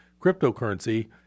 cryptocurrency